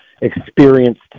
experienced